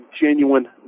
genuine